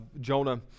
Jonah